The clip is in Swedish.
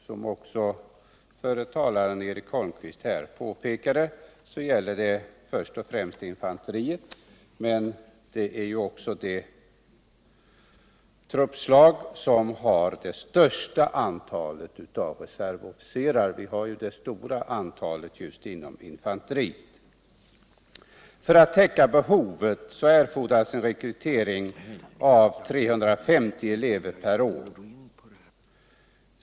Som Eric Holmqvist nyss påpekade gäller det först och främst infanteriet, men det är ju det truppslag som har det största antalet reservofficerare. För att täcka behovet erfordras en rekrytering av 350 elever per år.